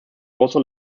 also